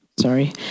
sorry